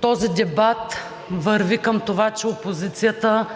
Този дебат върви към това, че опозицията